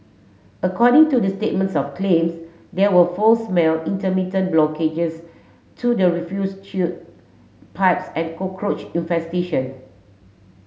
according to the statements of claims there were foul smell intermittent blockages to the refuse pipes and cockroach infestation